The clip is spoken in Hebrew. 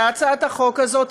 להצעת החוק הזאת,